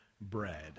bread